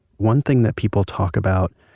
one thing that people talk about